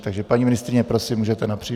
Takže paní ministryně, prosím, můžete napřímo.